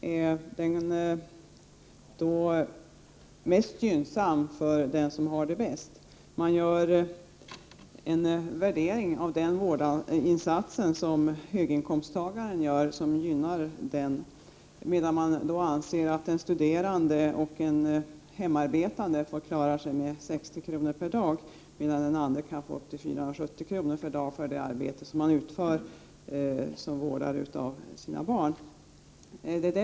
Herr talman! När det gäller valfriheten och föräldraförsäkringen, Jan Andersson, är den mest gynnsam för den som har det bäst. Man gör en värdering av den vårdinsats som höginkomsttagaren gör och som gynnar denne, medan man anser att den studerande och den hemarbetande får klara sig med 60 kr. per dag. Den andre kan få 470 kr. per dag för det arbete som denne utför som vårdare av sina barn.